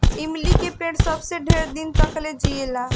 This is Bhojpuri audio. इमली के पेड़ सबसे ढेर दिन तकले जिएला